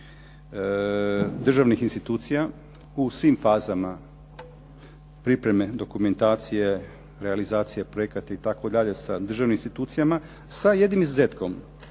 državnih institucija u svim fazama pripreme dokumentacije, realizacije projekata itd. sa državnim institucijama, sa jedinim izuzetkom,